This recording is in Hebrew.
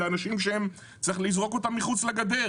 לאנשים שצריך לזרוק אותם מחוץ לגדר.